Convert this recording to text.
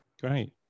great